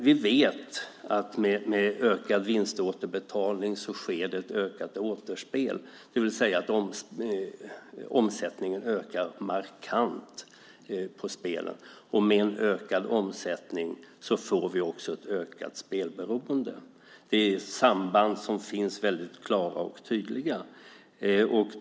Vi vet att med ökad vinståterbetalning sker ett ökat återspel, det vill säga att omsättningen ökar markant på spelen. Med en ökad omsättning får vi också ett ökat spelberoende. Det är väldigt klara och tydliga samband som finns.